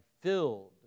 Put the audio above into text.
filled